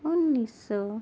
انیس سو